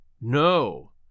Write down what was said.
No